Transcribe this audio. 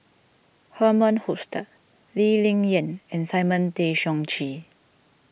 Herman Hochstadt Lee Ling Yen and Simon Tay Seong Chee